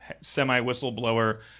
semi-whistleblower